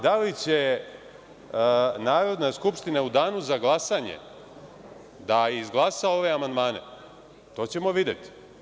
Da li će Narodna skupština u danu za glasanje da izglasa ove amandmane, to ćemo videti.